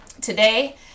Today